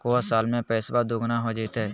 को साल में पैसबा दुगना हो जयते?